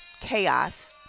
chaos